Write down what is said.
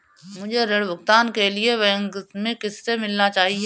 मुझे ऋण भुगतान के लिए बैंक में किससे मिलना चाहिए?